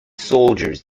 soldiers